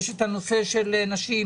יש את הנושא של נשים